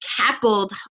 cackled